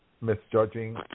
misjudging